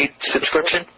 subscription